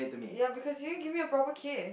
ya because you didn't give me a proper kiss